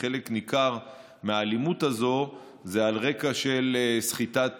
וחלק ניכר מהאלימות הזו היא על רקע של סחיטת